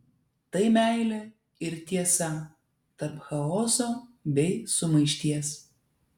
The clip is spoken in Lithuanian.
tai meilė ir tiesa tarp chaoso bei sumaišties